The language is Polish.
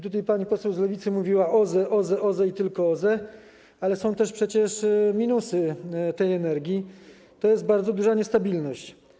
Tutaj pani poseł z Lewicy mówiła: OZE, OZE, OZE i tylko OZE, ale są też przecież minusy tej energii, tj. bardzo duża niestabilność.